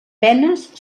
penes